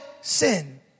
sin